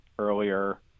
earlier